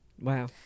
Wow